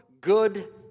Good